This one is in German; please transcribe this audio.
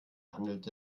handelt